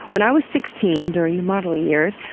when i was sixteen during the modeling years,